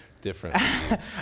Different